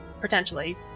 Potentially